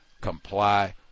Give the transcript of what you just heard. comply